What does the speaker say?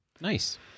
Nice